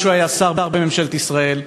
מפני שהוא היה שר בממשלת ישראל,